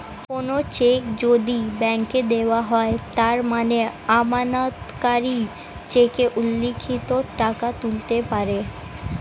কোনো চেক যদি ব্যাংকে দেওয়া হয় তার মানে আমানতকারী চেকে উল্লিখিত টাকা তুলতে পারে